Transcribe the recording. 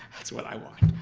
that's what i want.